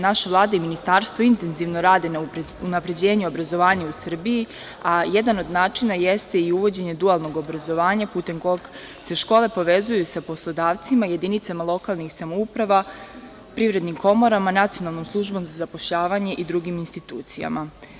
Naša Vlada i ministarstvo intenzivno rade na unapređenju obrazovanja u Srbiji, a jedan od način jeste i uvođenje dualnog obrazovanja putem koga se škole povezuju sa poslodavcima, jedinicama lokalnih samouprava, privrednim komorama, Nacionalnom službom za zapošljavanje i drugim institucijama.